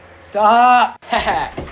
Stop